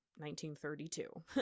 1932